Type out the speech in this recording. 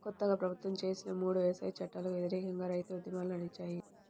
కొత్తగా ప్రభుత్వం చేసిన మూడు వ్యవసాయ చట్టాలకు వ్యతిరేకంగా రైతు ఉద్యమాలు నడిచాయి